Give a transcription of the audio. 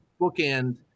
bookend